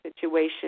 situation